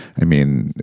i mean,